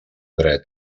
dret